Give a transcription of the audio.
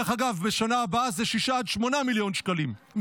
דרך אגב, בשנה הבאה זה 6 עד 8 מיליארד שקלים.